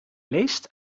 leest